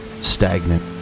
stagnant